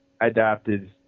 adapted